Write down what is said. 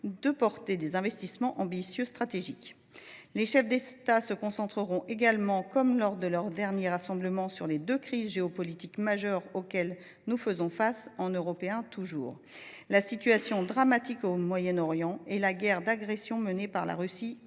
de porter des investissements stratégiques ambitieux. Les chefs d’État se concentreront également, comme lors de leur dernier rassemblement, sur les deux crises géopolitiques majeures auxquelles nous faisons face, toujours en Européens : la situation dramatique au Moyen Orient et la guerre d’agression menée par la Russie